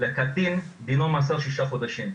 לקטין דינו מאסר של שישה חודשים.